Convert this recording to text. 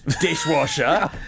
dishwasher